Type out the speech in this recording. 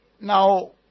Now